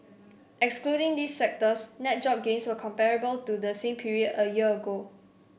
excluding these sectors net job gains were comparable to the same period a year ago